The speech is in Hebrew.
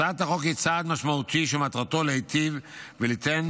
הצעת החוק היא צעד משמעותי שמטרתו להיטיב וליתן